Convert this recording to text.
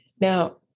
Now